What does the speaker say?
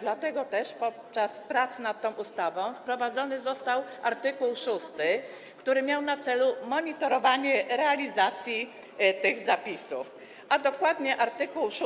Dlatego też podczas prac nad tą ustawą wprowadzony został art. 6, który miał na celu monitorowanie realizacji tych zapisów, a dokładnie art. 6